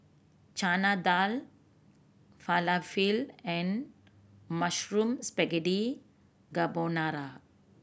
Chana Dal Falafel and Mushroom Spaghetti Carbonara